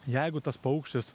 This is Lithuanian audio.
jeigu tas paukštis